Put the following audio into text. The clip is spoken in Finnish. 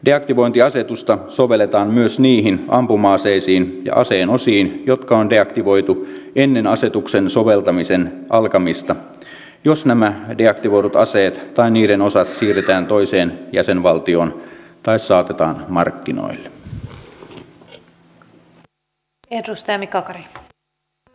deaktivointiasetusta sovelletaan myös niihin ampuma aseisiin ja aseen osiin jotka on deaktivoitu ennen asetuksen soveltamisen alkamista jos nämä deaktivoidut aseet tai niiden osat siirretään toiseen jäsenvaltioon tai saatetaan markkinoille